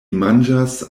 manĝas